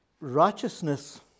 righteousness